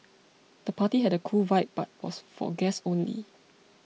the party had a cool vibe but was for guests only